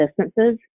distances